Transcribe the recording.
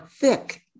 thick